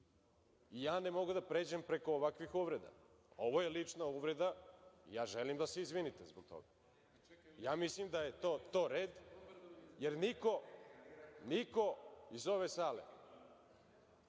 ne mogu da pređem preko ovakvih uvreda. Ovo je lična uvreda. Ja želim da se izvinite zbog toga. Ja mislim da je to red, jer niko, niko iz ove sale